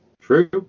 True